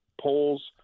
polls